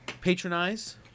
patronize